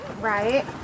Right